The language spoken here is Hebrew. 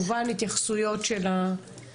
על ההצעה החשובה הזאת.